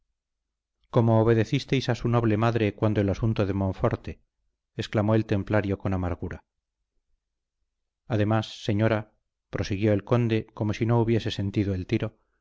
como obedecisteis a su noble madre cuando el asunto de monforte exclamó el templario con amargura además señora prosiguió el conde como si no hubiese sentido el tiro